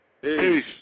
Peace